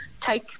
take